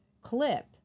clip